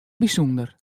bysûnder